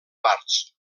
parts